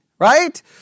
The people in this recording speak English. Right